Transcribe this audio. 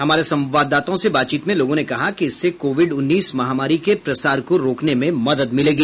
हमारे संवाददाताओं से बातचीत में लोगों ने कहा कि इससे कोविड उन्नीस महामारी के प्रसार को रोकने में मदद मिलेगी